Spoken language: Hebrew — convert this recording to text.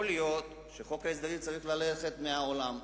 יכול להיות שחוק ההסדרים צריך ללכת מהעולם,